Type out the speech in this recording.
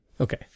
Okay